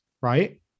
right